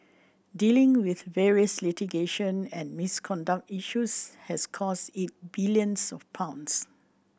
dealing with various litigation and misconduct issues has cost it billions of pounds